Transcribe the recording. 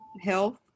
health